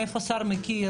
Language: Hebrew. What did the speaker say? מאיפה שר מכיר.